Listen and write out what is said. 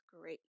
great